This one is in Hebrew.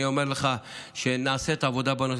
אני אומר לך שנעשית עבודה בנושא.